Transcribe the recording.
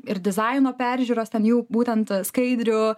ir dizaino peržiūros ten jau būtent skaidrių